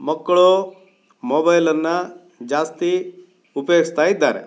ಮಕ್ಕಳು ಮೊಬೈಲನ್ನು ಜಾಸ್ತಿ ಉಪಯೋಗಿಸ್ತಾ ಇದ್ದಾರೆ